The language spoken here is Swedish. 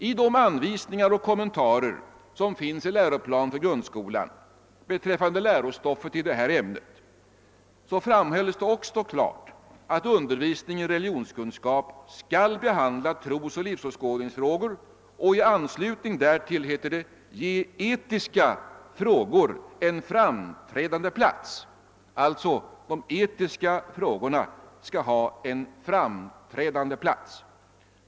I de anvisningar och kommentarer som finns i läroplanen för grundskolan beträffande lärostoffet i detta ämne framhålles det också klart, att undervisningen i religionskunskap skall behandla trosoch livsåskådningsfrågor och i anslutning därtill, heter det, ge etiska frågor en framträdande plats.